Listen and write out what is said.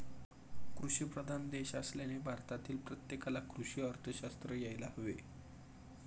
कृषीप्रधान देश असल्याने भारतातील प्रत्येकाला कृषी अर्थशास्त्र यायला हवे